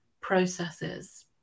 processes